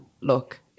look